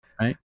Right